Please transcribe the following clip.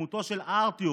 בדמותו של ארטיום,